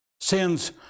sins